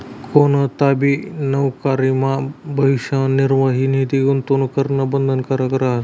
कोणताबी नवकरीमा भविष्य निर्वाह निधी गूंतवणूक करणं बंधनकारक रहास